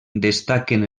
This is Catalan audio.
destaquen